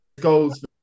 goals